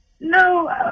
No